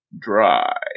Dry